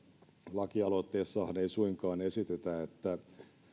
lakialoitteessahan ei suinkaan esitetä että